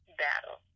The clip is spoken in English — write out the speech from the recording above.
battle